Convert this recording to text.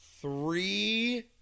three